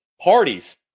parties